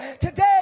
Today